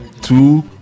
two